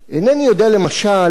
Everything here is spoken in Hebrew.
אינני יודע, למשל,